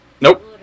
Nope